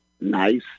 nice